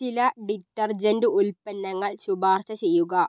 ചില ഡിറ്റർജൻറ്റ് ഉൽപ്പന്നങ്ങൾ ശുപാർശ ചെയ്യുക